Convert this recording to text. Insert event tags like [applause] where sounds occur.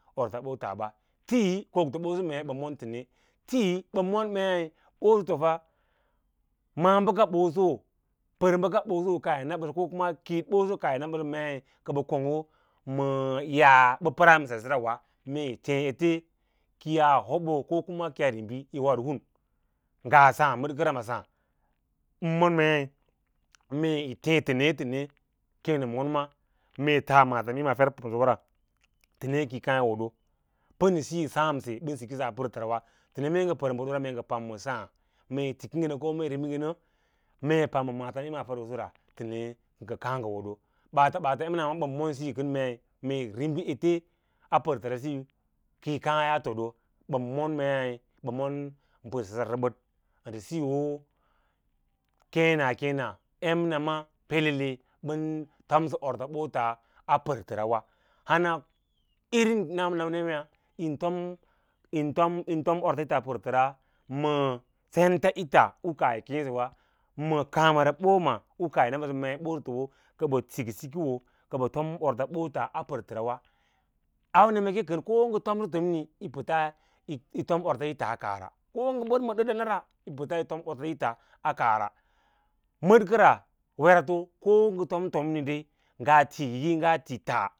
[unintelligible] tīī bən mon mei ɓosotofa, maꞌa’ bəka ɓoso pər bəka ɓoso kaah yi na ɓən ko kuma keẽ ɓoso kaah yi na ɓasə mei kə ɓə konggo ma yaa ɓə pəraa sasera wa yiteẽ ete kiyaa hobo ko kauna ki yaa ribi yi wod ham ngaa saã mədkəra ma saã ɓən mon mei mee yi teẽ təne tene keẽno monma mee yitas afer pannsəwa ra ete kì yi kaã yí woɗo pə ndə siyo saẽmse ɓən siki saa pərtəra ws. Təne mee ngə pər bəkan mee sə pamma saã mee yi tiki ngə nə ko kuma yi ríbi ngə nə mee pam ma maatəmsꞌíms a fer ꞌusu kə nga kās ngə wodo ɓaats ɓaats emnaba ɓən mon siyo kən mee mínda ete a pərtərs siyo kəyi kaã yaa todo, ɓən mon mei ɓəb aron ɓəsəsa rəbəb ə ndə siyo keẽns keẽna emnama pelele ɓan tomsə orts ɓts a pərtəra wa hana irin nan namonaya’ yín tom yín tom yín tom orts its a pərtərs ma sentsꞌits u kaah yi nasəsəwa a kaãməra ɓoms u kaah na ɓəsə mee ɓosoto kə bə siki sikoo a kə bə tom orts ɓota a pərtərawe, auna me ke kən ko ngə tomni ngə tomni yi pəta yi tom ortaꞌits a kaah ra ko ngə bəd ma dəda nara yi pəts yi tom ortsꞌita a kaara mədəkəra wera to ko ngə tomtomni nga hiki nga tì ta.